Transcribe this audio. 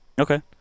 Okay